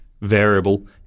variable